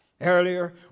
earlier